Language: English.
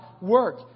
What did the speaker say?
Work